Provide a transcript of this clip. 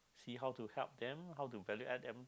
see how to help them how to value add them